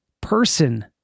person